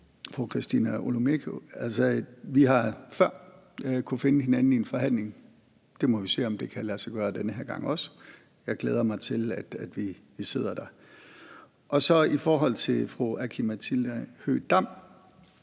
jeg sige: Vi har før kunnet finde hinanden i en forhandling, og det må vi se om kan lade sig gøre den her gang også. Jeg glæder mig til, at vi sidder der. Så til fru Aki-Matilda Høegh-Dam